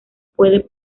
puede